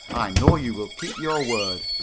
i know you will keep your word.